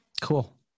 Cool